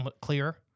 clear